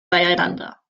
beieinander